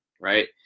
right